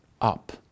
up